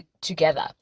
together